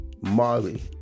Marley